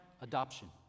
adoption